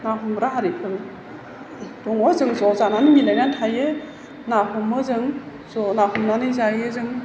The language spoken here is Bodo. ना हमग्रा हारिफोर दङ जों ज' जानानै मिलायना थायो ना ह'मो जों ज' ना हमनानै जायो जों